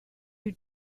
you